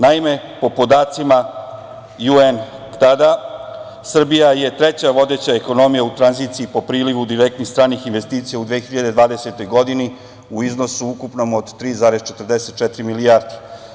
Naime, po podacima UN tada, Srbija je treća vodeća ekonomija u tranziciji po prilivu direktnih stranih investicija u 2020. godini u ukupnom iznosu od 3,44 milijarde.